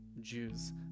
Jews